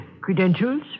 Credentials